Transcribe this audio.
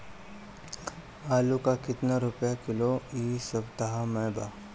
आलू का कितना रुपया किलो इह सपतह में बा?